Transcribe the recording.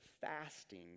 fasting